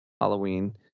Halloween